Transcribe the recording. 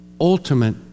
ultimate